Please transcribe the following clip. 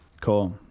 Cool